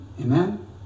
amen